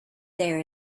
there